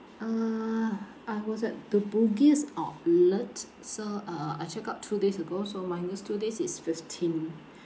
uh I was at the bugis outlet so uh I checked out two days ago so minus two days is fifteen